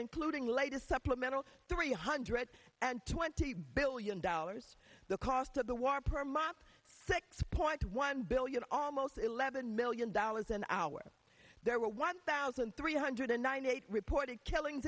including latest supplemental three hundred and twenty billion dollars the cost of the war per month six point one billion almost eleven million dollars an hour there were one thousand three hundred and ninety eight reported killings